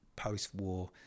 post-war